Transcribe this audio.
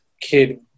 kid